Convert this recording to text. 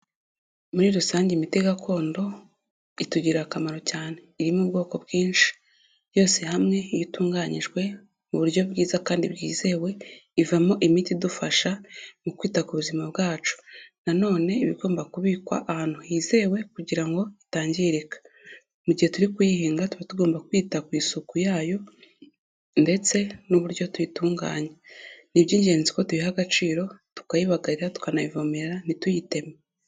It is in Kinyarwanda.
Muri rusange imiti gakondo itugirira akamaro cyane. Irimo ubwoko bwinshi. Yose hamwe iyo itunganyijwe mu buryo bwiza kandi bwizewe ivamo imiti idufasha mu kwita ku buzima bwacu. Na none iba igomba kubikwa ahantu hizewe kugira ngo itangirika. Mu gihe turi kuyihinga tuba tugomba kwita ku isuku yayo ndetse n'uburyo tuyitunganya. Ni iby'ingenzi ko tuyiha agaciro tukayibagarira, tukanayivomera ntituyiteme.